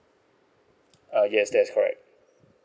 uh yes that's correct